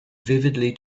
vividly